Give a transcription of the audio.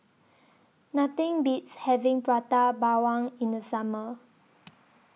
Nothing Beats having Prata Bawang in The Summer